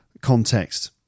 context